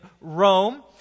Rome